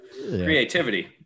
creativity